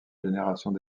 générations